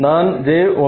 நான் j0TEzz